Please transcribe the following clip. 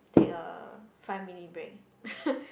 take a five minute break